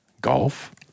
Golf